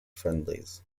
friendlies